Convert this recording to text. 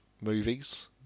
movies